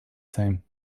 same